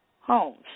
homes